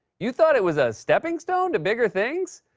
you thought it was a stepping stone to bigger things?